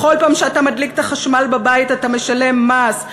בכל פעם שאתה מדליק את החשמל בבית אתה משלם מס,